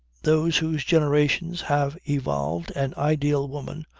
those whose generations have evolved an ideal woman,